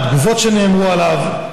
מהתגובות שנאמרו עליו.